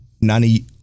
Nani